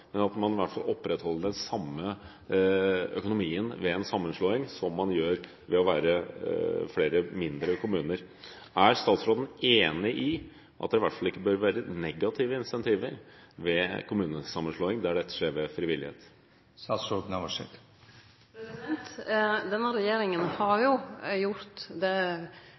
men at man opprettholder den samme økonomien ved en sammenslåing som man gjør ved å være flere mindre kommuner. Er statsråden enig i at det i hvert fall ikke bør være negative insentiver ved kommunesammenslåing der dette skjer ved frivillighet? Denne regjeringa har jo gjort det